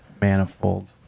manifold